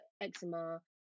eczema